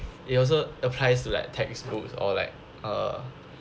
it also applies to like textbooks or like uh